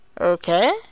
Okay